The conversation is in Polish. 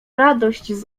radość